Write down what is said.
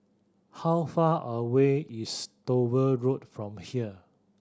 how far away is Dover Road from here